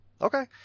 Okay